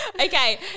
Okay